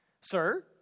Sir